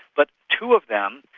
but two of them,